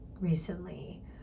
recently